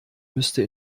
müsste